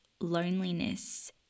loneliness